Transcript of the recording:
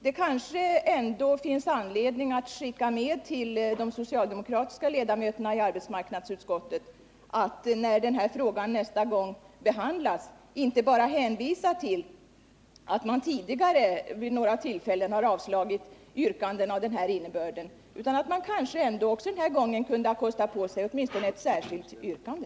Det kanske ändå finns anledning att skicka med till de socialdemokratiska ledamöterna i arbetsmarknadsutskottet det budet att när den här frågan nästa gång behandlas de då inte bara hänvisar till att man vid några tidigare tillfällen har avstyrkt yrkanden av den här innebörden utan att man kanske ändå den gången kunde kosta på sig åtminstone ett särskilt yrkande.